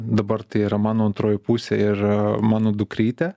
dabar tai yra mano antroji pusė yra mano dukrytė